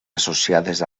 associades